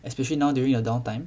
especially now during your downtime